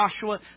Joshua